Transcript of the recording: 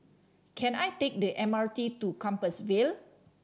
can I take the M R T to Compassvale